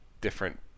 different